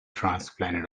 transplanted